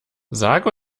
sage